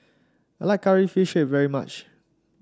I like curry fish is very much